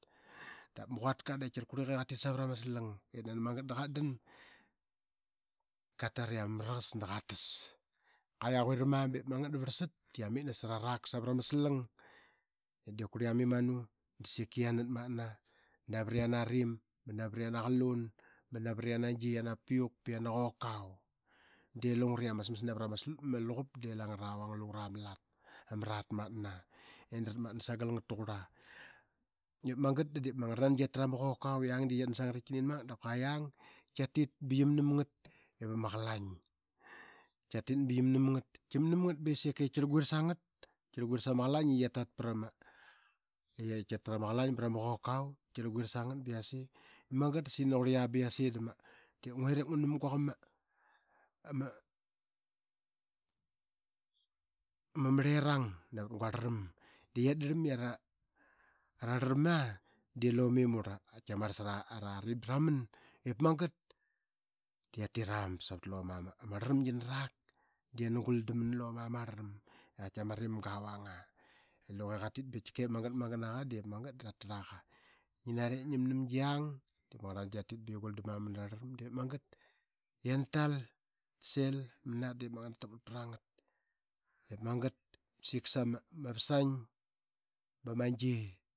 Da ma quatka de qurliqa i qatit savrama slang it nani magat da qa dan. Qatare ama mraqas da qa tas. Qua qia quirama ba vrlsat de qi amit nasrarak savrama slang ip diip kurli yam imanu da sika yana atmat na navriana rim, navriana qalun ba navat yana gi yana piuk ba yana qokau. De lungre ama smas navrama luqap de la ngravang lungra ma lat i amrat matna i drat matna sagal ngast taqurla. De magat de diip ma ngrlnangi qi atra ma qokau i yang de qiatdan sangat i tkinin mangat da qua qiang de qi atit ba qimnam ngat ip ma qalain. Qi atit ba qi mnam ngat qim nam ngat be sekip tkirl guirl sangat. Qirlguirl sama qalain i qi atat prama qokau de qirlguirl sangat ba yase. Magat da saiqi nani qurlia ba yase de nguerip ngunam guaqama ama mrlerang navat guarlaram. De qiat drlam i ara rlama, de luma imurl tkimarl sarari braman. Ip magat da qiatira ba savat luma ama rlaram gi narak da yana guldam man luma ma rlarm i qaitki ama rimga avanga. Luge qatik ba qaitkike magat magat naqa dep magat da ratarlqa. Ngi narlpi ngim nam gi yang de diip ma ngrlnangi qi atit ba qi guldam manara dea takmat prnagat ip magat da sika sma vasain bama gi